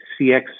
CX